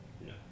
No